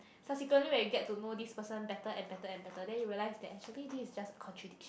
subsequently when you get to know this person better and better and better then you realise that actually this is just a contradiction